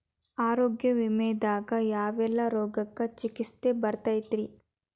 ಆರೋಗ್ಯ ವಿಮೆದಾಗ ಯಾವೆಲ್ಲ ರೋಗಕ್ಕ ಚಿಕಿತ್ಸಿ ಬರ್ತೈತ್ರಿ?